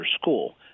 school